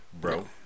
Bro